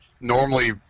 normally